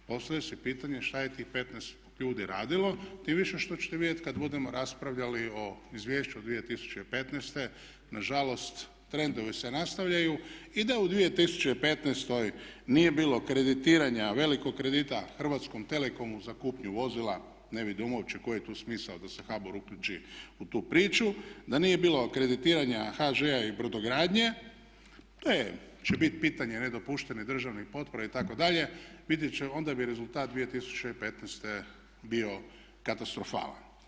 Postavlja se pitanje šta je tih 15 ljudi radilo, tim više što ćete vidjeti kad budemo raspravljali o izvješću 2015. na žalost trendovi se nastavljaju i da u 2015. nije bilo kreditiranja, velikog kredita Hrvatskom telekomu za kupnju vozila, ne vidim uopće koji je tu smisao da se HBOR uključi u tu priču, da nije bilo kreditiranja HŽ-a i brodogradnje, te će bit pitanje nedopuštenih državni potpora itd. onda bi rezultat 2015. bio katastrofalan.